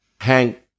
Hank